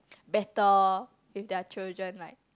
better if their children like